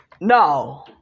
No